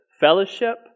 Fellowship